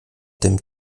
tym